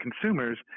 consumers